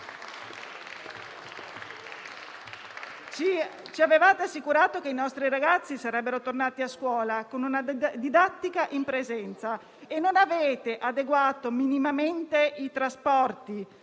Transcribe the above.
Ci avevate assicurato che i nostri ragazzi sarebbero tornati a scuola con una didattica in presenza e non avete adeguato minimamente i trasporti.